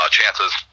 Chance's